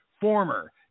former